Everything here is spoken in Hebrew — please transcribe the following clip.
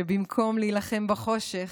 שבמקום להילחם בחושך,